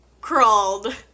crawled